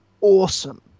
awesome